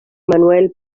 manuel